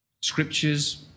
scriptures